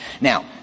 Now